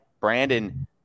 Brandon